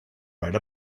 write